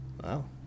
Wow